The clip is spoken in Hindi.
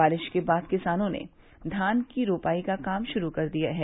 बारिश के बाद किसानों ने धान की रोपाई का काम शुरू कर दिया है